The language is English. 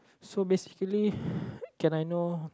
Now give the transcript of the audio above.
so basically can I know